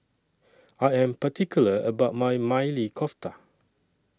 I Am particular about My Maili Kofta